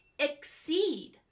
exceed